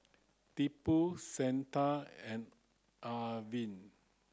Tipu Santha and Arvind